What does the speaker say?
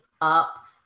up